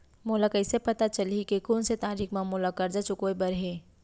मोला कइसे पता चलही के कोन से तारीक म मोला करजा चुकोय बर हे?